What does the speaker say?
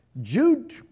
Jude